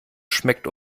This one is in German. schmeckt